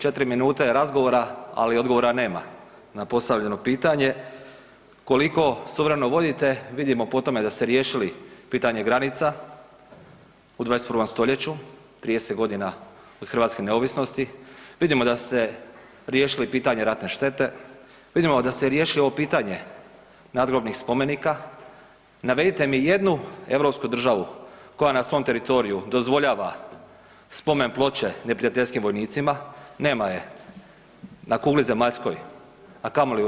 4 minute je razgovora, ali odgovora nema na postavljeno pitanje, koliko suvereno vodite vidimo po tome da ste riješili pitanje granica u 21. stoljeću, 30 godina od hrvatske neovisnosti, vidimo da ste riješili pitanje ratne štete, vidimo da ste riješili ovo pitanje nadgrobnih spomenika, navedite mi jednu europsku državu koja na svom teritoriju dozvoljava spomen ploče neprijateljskim vojnicima, nema je na kugli zemaljskoj a kamoli u EU.